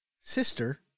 sister